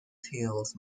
tales